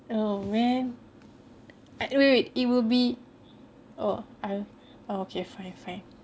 oh man wait wait wait it will be uh okay fine fine